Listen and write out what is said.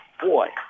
Boy